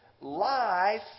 life